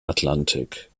atlantik